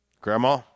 Grandma